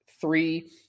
three